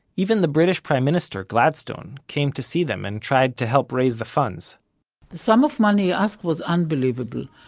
even the british prime minister, gladstone, came to see them and tried to help raise the funds the sum of money he asked was unbelievable.